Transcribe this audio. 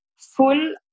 full